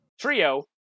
Trio